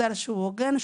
הסדר הוגן,